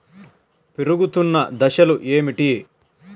పెరుగుతున్న దశలు ఏమిటి?